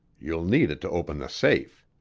you'll need it to open the safe.